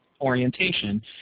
orientation